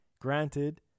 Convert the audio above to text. Granted